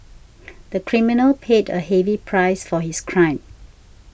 the criminal paid a heavy price for his crime